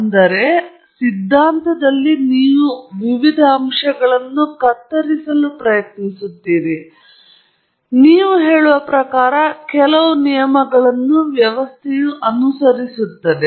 ಅರ್ಥಾತ್ ಸಿದ್ಧಾಂತದಲ್ಲಿ ನೀವು ವಿವಿಧ ಅಂಶಗಳನ್ನು ಕತ್ತರಿಸಲು ಪ್ರಯತ್ನಿಸುತ್ತಿದ್ದೀರಿ ಮತ್ತು ನಂತರ ನೀವು ಹೇಳುವ ಪ್ರಕಾರ ಕೆಲವು ನಿಯಮಗಳನ್ನು ವ್ಯವಸ್ಥೆಯು ಅನುಸರಿಸುತ್ತದೆ